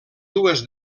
dues